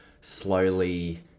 slowly